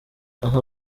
aha